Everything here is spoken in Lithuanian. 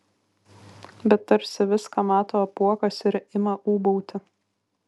bet tarsi viską mato apuokas ir ima ūbauti